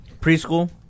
preschool